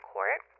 Court